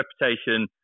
reputation